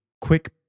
quick